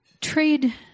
Trade